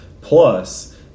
Plus